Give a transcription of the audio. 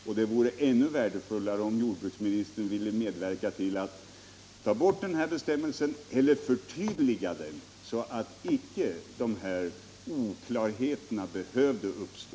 Och det vore ännu värdefullare om jordbruksministern ville medverka till att ta bort denna bestämmelse eller förtydliga den, så att icke de här oklarheterna behövde uppstå.